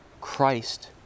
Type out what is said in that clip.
Christ